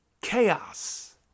chaos